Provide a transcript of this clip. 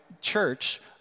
church